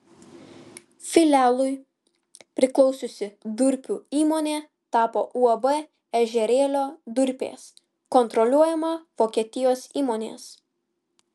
filialui priklausiusi durpių įmonė tapo uab ežerėlio durpės kontroliuojama vokietijos įmonės